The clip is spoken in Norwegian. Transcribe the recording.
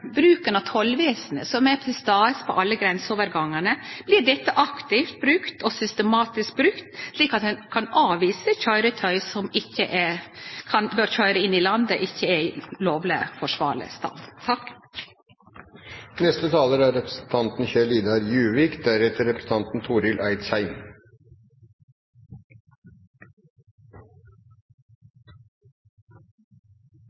bruken av tollvesenet, som er til stades ved alle grenseovergangane: Blir dette aktivt brukt, og systematisk brukt, slik at ein kan avvise køyretøy som ikkje bør køyre inn i landet, som ikkje er i lovleg, forsvarleg